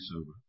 sober